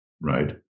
right